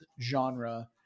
genre